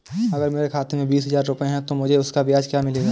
अगर मेरे खाते में बीस हज़ार रुपये हैं तो मुझे उसका ब्याज क्या मिलेगा?